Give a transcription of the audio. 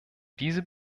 diese